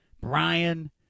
Brian